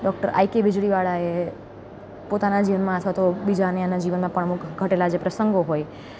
doctor I K વીજળીવાળાએ પોતાના જીવનમાં અથવા તો બીજાને આના જીવનમાં પણ અમુક ઘટેલા જે પ્રસંગો હોય